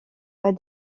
pas